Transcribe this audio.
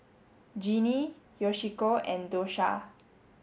Ginny Yoshiko and Dosha